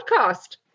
podcast